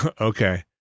Okay